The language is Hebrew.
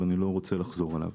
ואני לא רוצה לחזור עליו.